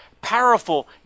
powerful